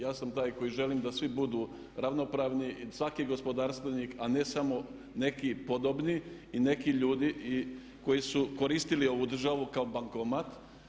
Ja sam taj koji želim da svi budu ravnopravni, svaki gospodarstvenik a ne samo neki podobni i neki ljudi koji su koristili ovu državu kao bankomat.